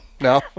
No